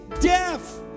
deaf